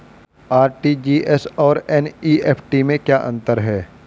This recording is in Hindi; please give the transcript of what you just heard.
आर.टी.जी.एस और एन.ई.एफ.टी में क्या अंतर है?